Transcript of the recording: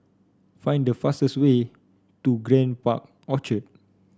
find the fastest way to Grand Park Orchard